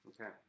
Okay